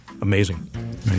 Amazing